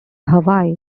hawaii